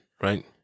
right